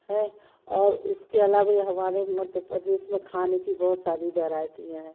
है और उसके आलावा हमारे मध्य प्रदेश में खाने की बहुत सारी वैरायटियांँ हैं